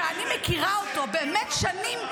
שאני מכירה אותו באמת שנים כסנגור,